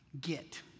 Get